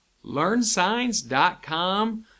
LearnSigns.com